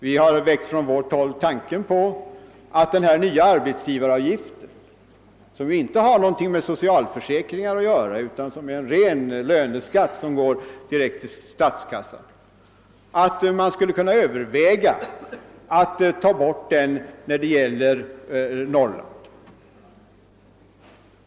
Vi har från vårt håll väckt tanken på att man beträffande den nya arbetsgivaravgiften — som inte har någonting med socialförsäkringar att göra utan är en ren löneskatt, som går direkt till statskassan — skulle kunna överväga att ta bort den när det gäller Norrland.